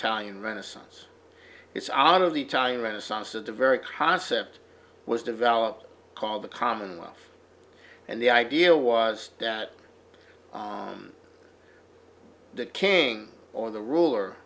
talian renaissance it's out of the italian renaissance of the very concept was developed called the commonwealth and the idea was that the king or the ruler